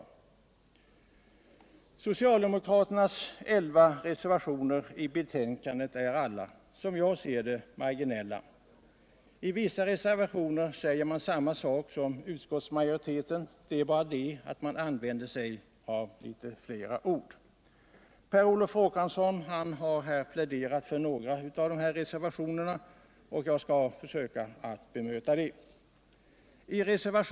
Fredagen den Socialdemokraternas elva reservationer i betänkandet är alla, som jag ser 26 maj 1978 det, marginella. I vissa reservationer säger man samma sak som utskottsma Joriteten. det är bara det att man använder Iitet fler ord. Per Olot Håkansson Energisparplan har här pläderat för några av de reservationerna, och jag skall försöka att för befintlig bebygbemöta vad som framförts.